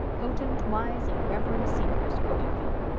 potent, wise, and reverend seniors quoted phil.